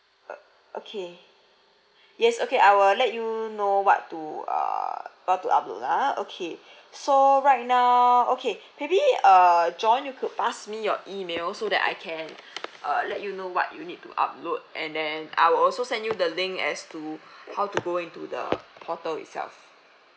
uh okay yes okay I will let you know what to err what to upload ah okay so right now okay maybe uh john you could pass me your email so that I can uh let you know what you need to upload and then I will also send you the link as to how to go into the portal itself